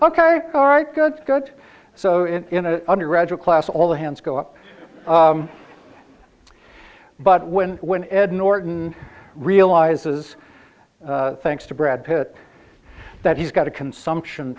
ok all right good god so in an undergraduate class all the hands go up but when when ed norton realizes thanks to brad pitt that he's got a consumption